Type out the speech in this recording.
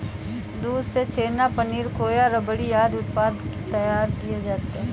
दूध से छेना, पनीर, खोआ, रबड़ी आदि उत्पाद तैयार होते हैं